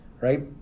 right